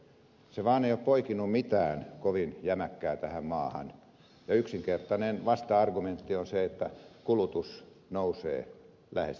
se vaan ei ole poikinut mitään kovin jämäkkää tähän maahan ja yksinkertainen vasta argumentti on se että kulutus nousee lähes jatkuvasti